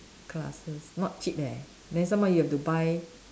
classes not cheap eh then some more you have to buy